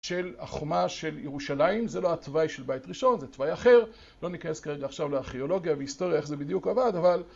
של החומה של ירושלים, זה לא התוואי של בית ראשון זה תוואי אחר, לא ניכנס כרגע עכשיו לארכיאולוגיה והיסטוריה איך זה בדיוק עבד אבל